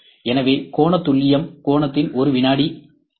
எனவே கோண துல்லியம் கோணத்தின் 1 வினாடி ஆகும்